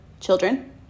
children